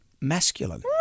masculine